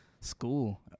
School